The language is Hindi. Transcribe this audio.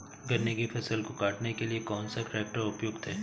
गन्ने की फसल को काटने के लिए कौन सा ट्रैक्टर उपयुक्त है?